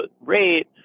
rate